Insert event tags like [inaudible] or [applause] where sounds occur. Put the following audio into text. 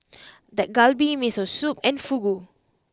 [noise] Dak Galbi Miso Soup and Fugu